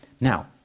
Now